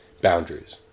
boundaries